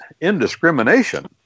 indiscrimination